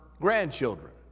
grandchildren